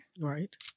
Right